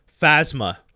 Phasma